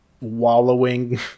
wallowing